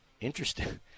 Interesting